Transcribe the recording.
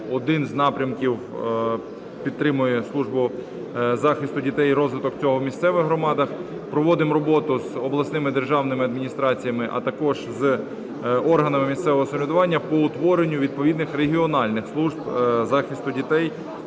один з напрямків підтримує службу захисту дітей і розвиток цього в місцевих громадах. Проводимо роботу з обласними державними адміністраціями, а також з органами місцевого самоврядування по утворенню відповідних регіональних служб захисту дітей.